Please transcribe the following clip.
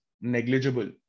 negligible